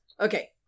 Okay